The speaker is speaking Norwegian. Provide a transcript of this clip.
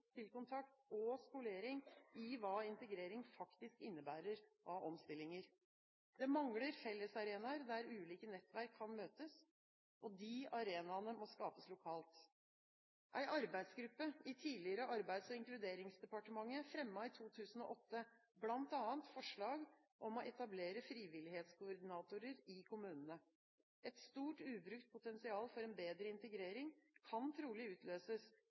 kontakt og skolering i hva integrering faktisk innebærer av omstillinger. Det mangler fellesarenaer der ulike nettverk kan møtes. De arenaene må skapes lokalt. En arbeidsgruppe i det tidligere Arbeids- og inkluderingsdepartementet fremmet i 2008 bl.a. forslag om å etablere frivillighetskoordinatorer i kommunene. Et stort ubrukt potensial for en bedre integrering kan trolig utløses